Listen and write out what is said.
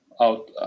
out